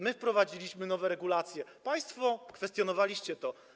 My wprowadziliśmy nowe regulacje, państwo kwestionowaliście to.